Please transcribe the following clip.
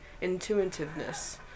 intuitiveness